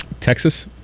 Texas